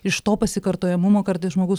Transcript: iš to pasikartojamumo kartais žmogus